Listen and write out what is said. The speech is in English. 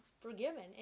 forgiven